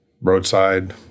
roadside